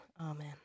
Amen